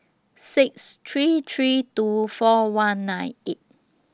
six three three two four one nine eight